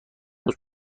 روز